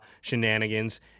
shenanigans